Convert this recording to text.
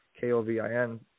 K-O-V-I-N